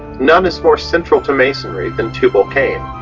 none is more central to masonry than tubal-cain.